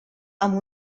amb